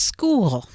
School